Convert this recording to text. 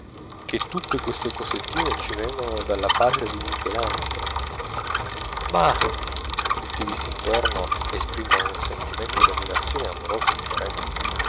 dire che tutte queste cosettine ci vengono dalla patria di michelangelo ma tutti i visi intorno esprimono un sentimento d'ammirazione amorosa e serena